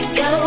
go